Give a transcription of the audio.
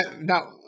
now